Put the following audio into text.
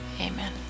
amen